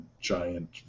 giant